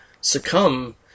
succumb